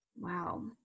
Wow